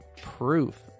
proof